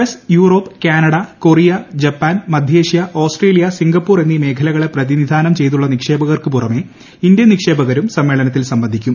S Europe Canada Korea Japan മധ്യേഷ്യ Australia Singapore എന്നീ മേഖലകളെ പ്രതിനിധാനം ചെയ്തുള്ള നിക്ഷേപ്പകർക്ക് പുറമെ ഇന്ത്യൻ നിക്ഷേപകരും സമ്മേളനത്തിൽ സംബന്ധിക്കും